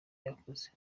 yakoze